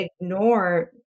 ignore